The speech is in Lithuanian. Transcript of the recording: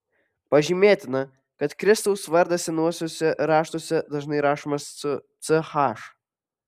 pažymėtina kad kristaus vardas senuosiuose raštuose dažnai rašomas su ch